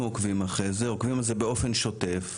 אנחנו עוקבים אחרי זה, עוקבים באופן שוטף.